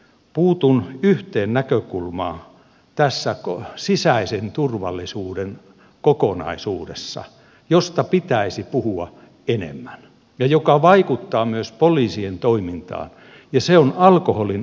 puutun tässä sisäisen turvallisuuden kokonaisuudessa yhteen näkökulmaan josta pitäisi puhua enemmän ja joka vaikuttaa myös poliisien toimintaan ja se on alkoholin aiheuttamat ongelmat